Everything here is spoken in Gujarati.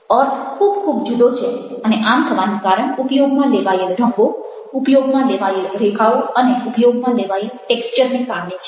અર્થ ખૂબ ખૂબ જુદો છે અને આમ થવાનું કારણ ઉપયોગમાં લેવાયેલ રંગો ઉપયોગમાં લેવાયેલ રેખાઓ અને ઉપયોગમાં લેવાયેલ ટેક્સ્ચર ને કારણે છે